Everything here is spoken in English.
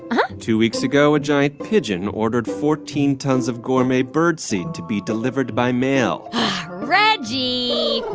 and two weeks ago, a giant pigeon ordered fourteen tons of gourmet birdseed to be delivered by mail reggie.